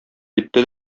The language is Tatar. китте